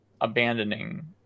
abandoning